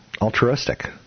altruistic